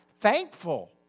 thankful